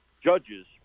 Judges